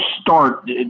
start